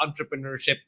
entrepreneurship